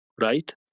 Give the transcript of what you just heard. right